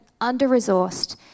under-resourced